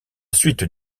suite